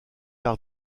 art